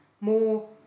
more